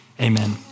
amen